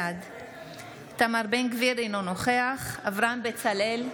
בעד איתמר בן גביר, אינו נוכח אברהם בצלאל,